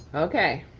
okay.